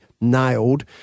nailed